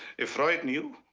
if freud knew.